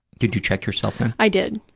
did you check yourself in? i did.